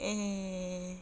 eh